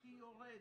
בממלכתי יותר,